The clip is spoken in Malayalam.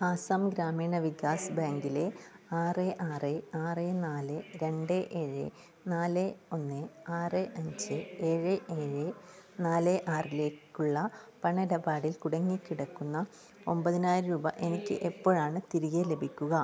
ആസാം ഗ്രാമീണ വികാസ് ബാങ്കിലെ ആറ് ആറ് ആറ് നാല് രണ്ട് ഏഴ് നാല് ഒന്ന് ആറ് അഞ്ച് ഏഴ് ഏഴ് നാല് ആറിലേക്കുള്ള പണ ഇടപാടിൽ കുടുങ്ങിക്കിടക്കുന്ന ഒമ്പതിനായിരം രൂപ എനിക്ക് എപ്പോഴാണ് തിരികെ ലഭിക്കുക